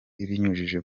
ibinyujije